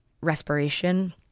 respiration